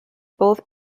both